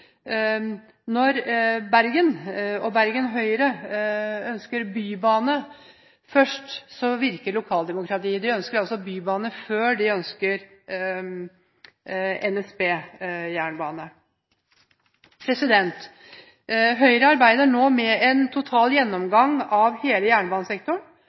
når Bergen og Bergen Høyre ønsker bybane først, virker lokaldemokratiet. De ønsker altså bybane før de ønsker NSB-jernbane. Høyre arbeider nå med en total gjennomgang av hele jernbanesektoren.